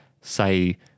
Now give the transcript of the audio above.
say